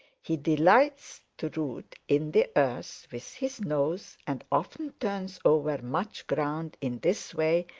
he delights to root in the earth with his nose and often turns over much ground in this way,